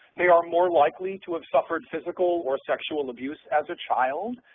they are more likely to have suffered physical or sexual abuse as a child,